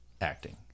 acting